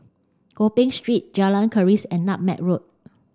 Gopeng Street Jalan Keris and Nutmeg Road